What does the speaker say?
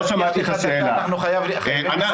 לא, יש לך דקה, אנחנו חייבים לסיים.